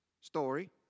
story